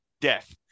death